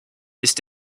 ist